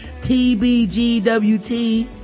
TBGWT